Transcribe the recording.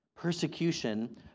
Persecution